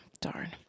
darn